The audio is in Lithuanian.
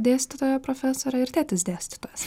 dėstytoja profesorė ir tėtis dėstytojas